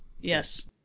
Yes